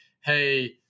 hey